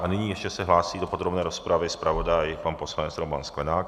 A nyní se ještě hlásí do podrobné rozpravy zpravodaj pan poslanec Roman Sklenák.